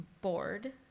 bored